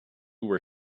were